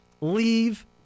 leave